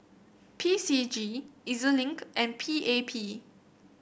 P C G E Z Link and P A P